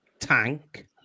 Tank